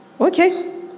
okay